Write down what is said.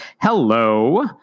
Hello